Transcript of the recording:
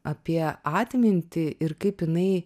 apie atmintį ir kaip jinai